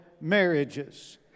marriages